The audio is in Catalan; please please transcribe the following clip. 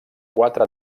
quatre